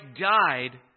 died